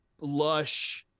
lush